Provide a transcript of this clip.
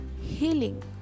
healing